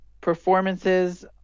performances